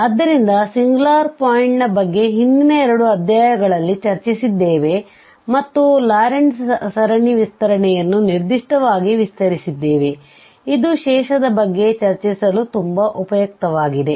ಆದ್ದರಿಂದ singular point ನ ಬಗ್ಗೆ ಹಿಂದಿನ ಎರಡು ಅಧ್ಯಾಯಗಳಲ್ಲಿ ಚರ್ಚಿಸಿದ್ದೇವೆ ಮತ್ತು ಲಾರೆಂಟ್ ಸರಣಿ ವಿಸ್ತರಣೆಯನ್ನು ನಿರ್ದಿಷ್ಟವಾಗಿ ವಿಸ್ತರಿಸಿದ್ದೇವೆ ಇದು ಶೇಷದ ಬಗ್ಗೆ ಚರ್ಚಿಸಲು ತುಂಬಾ ಉಪಯುಕ್ತವಾಗಿದೆ